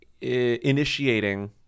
initiating